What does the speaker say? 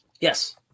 yes